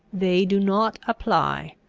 they do not apply.